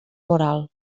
moral